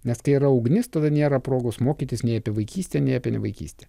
nes kai yra ugnis tada nėra progos mokytis nei apie vaikystę nei apie nevaikystę